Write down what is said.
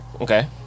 okay